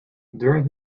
during